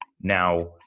Now